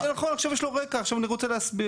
הוא חדש, יש לו רקע, עכשיו אני רוצה להסביר.